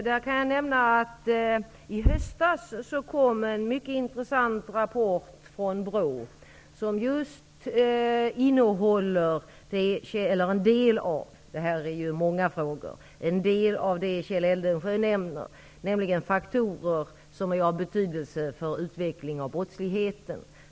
Herr talman! I höstas kom en mycket intressant rapport från BRÅ som innehåller just en del av det som Kjell Eldensjö nämner, nämligen faktorer som är av betydelse för utveckling av brottsligheten.